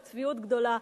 בצביעות גדולה,